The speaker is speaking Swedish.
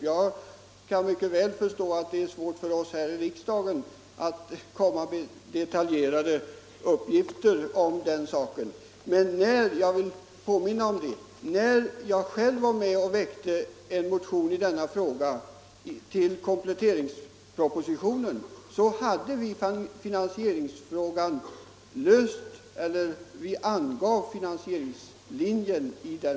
Jag kan väl förstå att det är svårt för oss här i riksdagen att presentera detaljerade förslag i sådana fall, men jag vill påminna om att när jag själv var med och väckte en motion i denna fråga i anslutning till kompletteringspropositionen, så angav vi samtidigt i motionen en linje för finansieringen.